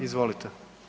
Izvolite.